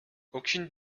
aucune